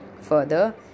Further